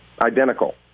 identical